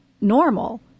normal